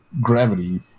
Gravity